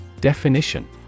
Definition